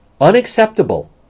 unacceptable